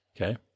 Okay